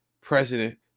president